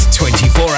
24